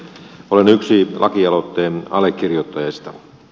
olen yksi lakialoitteen allekirjoittajista